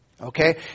Okay